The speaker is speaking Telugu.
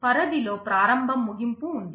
పరిధిలో ప్రారంభ ముగింపు ఉంది